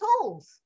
tools